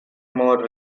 more